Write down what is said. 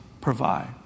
provide